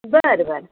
बरं बरं